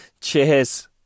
Cheers